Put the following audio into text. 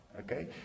Okay